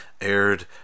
Aired